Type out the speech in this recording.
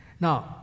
Now